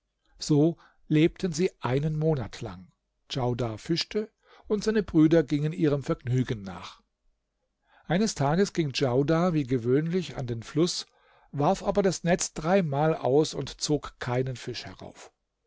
so lebten sie einen monat lang djaudar fischte und seine brüder gingen ihrem vergnügen nach eines tages ging djaudar wie gewöhnlich an den fluß warf aber das netz dreimal aus und zog keinen fisch herauf